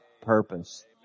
purpose